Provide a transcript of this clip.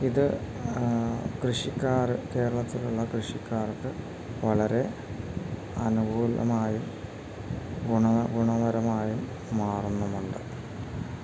ഇത് കൃഷിക്കാറ് കേരളത്തിലുള്ള കൃഷിക്കാർക്ക് വളരെ അനുകൂലമായും ഗുണ ഗുണപരമായും മാറുന്നുമുണ്ട്